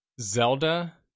zelda